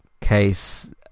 case